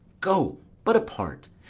go but apart,